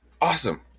Awesome